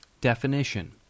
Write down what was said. DEFINITION